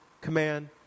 command